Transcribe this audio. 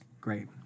great